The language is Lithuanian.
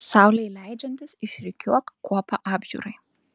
saulei leidžiantis išrikiuok kuopą apžiūrai